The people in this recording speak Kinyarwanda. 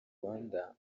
rwanda